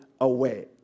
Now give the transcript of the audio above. away